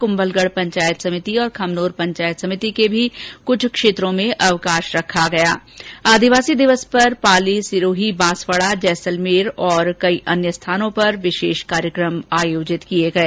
कुंभलगढ पंचायत समिति और खमनोर पंचायत समिति के कुछ क्षेत्रों में अवकाश रखा गया आदिवासी दिवस पर पाली सिरोही बांसवाडा जैसलमेर तथा कई अन्य स्थानों पर विशेष कार्यक्रम आयोजित किए गए